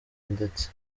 ndetse